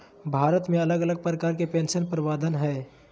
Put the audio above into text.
भारत मे अलग अलग प्रकार के पेंशन के प्रावधान हय